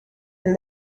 and